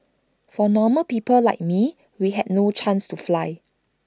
for normal people like me we had no chance to fly